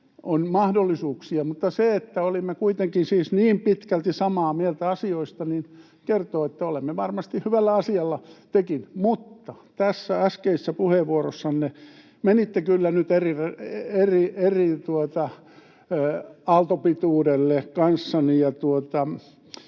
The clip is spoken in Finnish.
on mahdollisuuksia. Mutta se, että olimme kuitenkin siis niin pitkälti samaa mieltä asioista, kertoo, että olemme varmasti hyvällä asialla — tekin. Mutta tässä äskeisessä puheenvuorossanne menitte kyllä nyt eri aaltopituudelle kanssani.